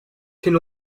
can